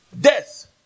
death